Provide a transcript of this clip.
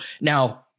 now